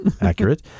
Accurate